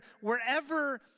wherever